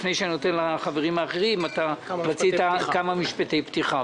לפני שאתן את זכות הדיבור לחברים אחרים אתה יכול להציג כמה משפטי פתיחה.